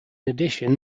addition